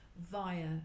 via